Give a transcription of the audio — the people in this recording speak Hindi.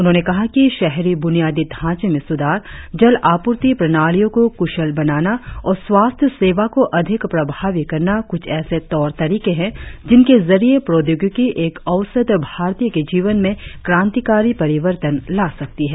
उन्होंने कहा कि शहरी बुनियादी ढांचे में सुधार जल आपूर्ति प्रणालियों को कुशल बनाना और स्वास्थ्य सेवा को अधिक प्रभावी करना कुछ ऐसे तौर तरीके हैं जिनके जरिये प्रौद्योगिकी एक औसत भारतीय के जीवन में क्रांतिकारी परिवर्तन ला सकती है